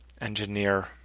engineer